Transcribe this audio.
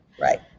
Right